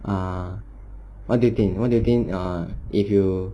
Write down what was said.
ah what do you think what do you think ah if you